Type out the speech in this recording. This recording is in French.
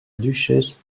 duchesse